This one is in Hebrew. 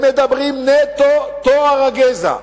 הם מדברים נטו טוהר הגזע.